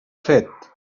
fet